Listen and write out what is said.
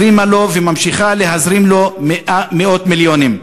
הזרימה לו וממשיכה להזרים לו מאות מיליונים.